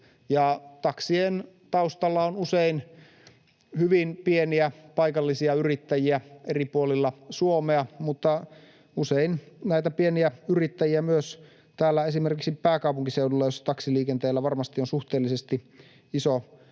taksien taustalla on usein hyvin pieniä paikallisia yrittäjiä eri puolilla Suomea ja usein pieniä yrittäjiä myös esimerkiksi täällä pääkaupunkiseudulla, missä taksiliikenteellä varmasti on suhteellisesti iso rooli